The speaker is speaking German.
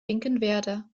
finkenwerder